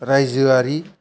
रायजोआरि